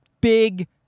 big